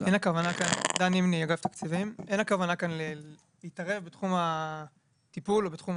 אין הכוונה כאן להתערב בתחום הטיפול או בתחום